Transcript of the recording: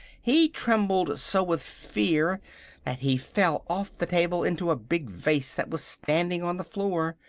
he trembled so with fear that he fell off the table into a big vase that was standing on the floor.